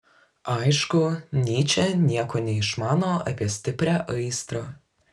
aišku nyčė nieko neišmano apie stiprią aistrą